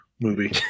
movie